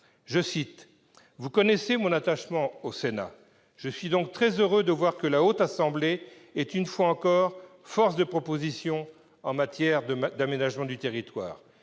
le Sénat :« Vous connaissez mon attachement au Sénat. Je suis donc très heureux de voir que la Haute Assemblée est, une fois encore, force de proposition en matière d'aménagement du territoire ».